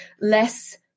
less